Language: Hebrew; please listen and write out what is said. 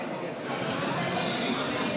את הבדיקה.